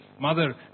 Mother